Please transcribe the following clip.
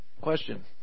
Question